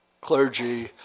clergy